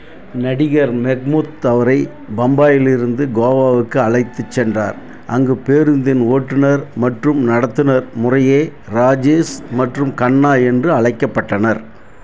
நடிகர் மெஹ்மூத் அவரை பம்பாயில் இருந்து கோவாவுக்கு அழைத்து சென்றார் அங்கு பேருந்தின் ஓட்டுநர் மற்றும் நடத்துனர் முறையே ராஜேஷ் மற்றும் கன்னா என்று அழைக்கப்பட்டனர்